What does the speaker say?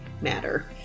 matter